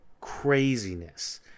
craziness